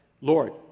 Lord